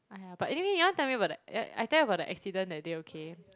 aiyah but anyway you want to tell me about the yeah I tell you about the accident that day okay